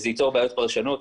זה ייצור בניות פרשנות.